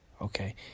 okay